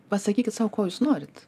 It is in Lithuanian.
pasakykit sau ko jūs norit